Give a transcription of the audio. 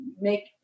make